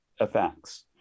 effects